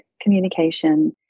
communication